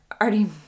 already